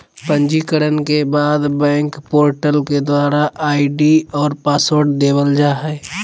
पंजीकरण के बाद बैंक पोर्टल के द्वारा आई.डी और पासवर्ड देवल जा हय